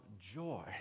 joy